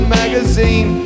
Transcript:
magazine